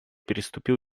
переступил